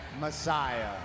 Messiah